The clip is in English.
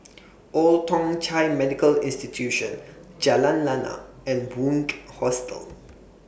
Old Thong Chai Medical Institution Jalan Lana and Bunc Hostel